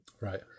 Right